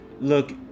look